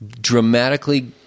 dramatically